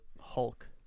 hulk